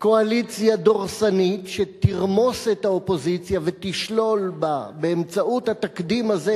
קואליציה דורסנית שתרמוס את האופוזיציה ותשלול באמצעות התקדים הזה,